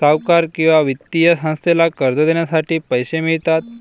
सावकार किंवा वित्तीय संस्थेला कर्ज देण्यासाठी पैसे मिळतात